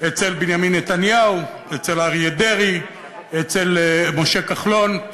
אצל בנימין נתניהו, אצל אריה דרעי, אצל משה כחלון.